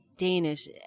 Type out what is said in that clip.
Danish